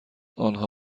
آنها